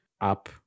Up